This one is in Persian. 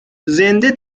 زنده